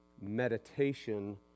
meditation